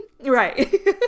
Right